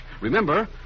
Remember